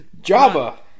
Java